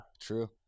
True